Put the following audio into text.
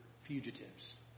fugitives